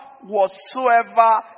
whatsoever